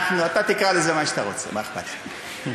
אתה תקרא לזה מה שאתה רוצה, מה אכפת לי.